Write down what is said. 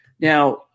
Now